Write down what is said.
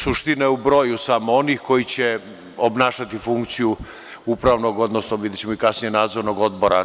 Suština je samo u broju onih koji će obnašati funkciju upravnog, odnosno, videćemo i kasnije, nadzornog odbora.